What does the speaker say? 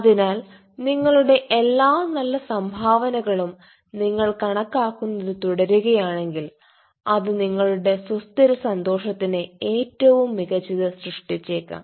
അതിനാൽ നിങ്ങളുടെ എല്ലാ നല്ല സംഭാവനകളും നിങ്ങൾ കണക്കാക്കുന്നത് തുടരുകയാണെങ്കിൽ അത് നിങ്ങളുടെ സുസ്ഥിര സന്തോഷത്തിന് ഏറ്റവും മികച്ചത് സൃഷ്ടിച്ചേക്കാം